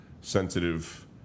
sensitive